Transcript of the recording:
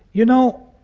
you know,